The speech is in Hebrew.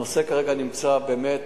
הנושא נמצא באמת